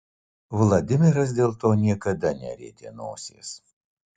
vladimiras dėl to niekada nerietė nosies